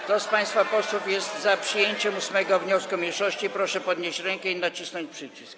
Kto z państwa posłów jest za przyjęciem 8. wniosku mniejszości, proszę podnieść rękę i nacisnąć przycisk.